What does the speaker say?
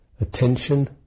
attention